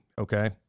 okay